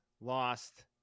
Lost